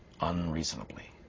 unreasonably